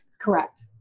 Correct